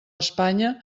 espanya